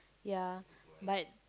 ya but